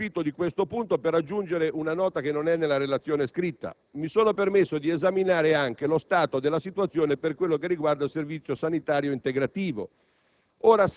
Approfitto di questo punto per aggiungere una nota, non contenuta nella relazione scritta: mi sono permesso di esaminare anche lo stato della situazione per quello che riguarda il servizio sanitario integrativo.